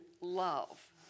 love